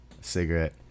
cigarette